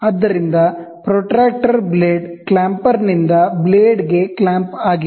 ಆದ್ದರಿಂದ protractor blade ಕ್ಲಾಂಪರ್ನಿಂದ ಬ್ಲೇಡ್ಗೆ ಕ್ಲ್ಯಾಂಪ್ ಆಗಿದೆ